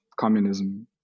communism